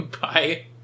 Bye